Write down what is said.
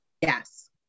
yes